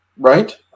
Right